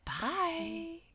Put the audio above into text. Bye